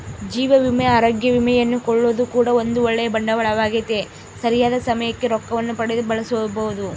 ಜೀವ ವಿಮೆ, ಅರೋಗ್ಯ ವಿಮೆಯನ್ನು ಕೊಳ್ಳೊದು ಕೂಡ ಒಂದು ಓಳ್ಳೆ ಬಂಡವಾಳವಾಗೆತೆ, ಸರಿಯಾದ ಸಮಯಕ್ಕೆ ರೊಕ್ಕವನ್ನು ಪಡೆದು ಬಳಸಬೊದು